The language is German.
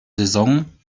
saison